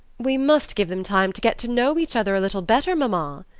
we must give them time to get to know each other a little better, mamma,